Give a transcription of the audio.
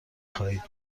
خواهید